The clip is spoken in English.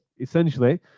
Essentially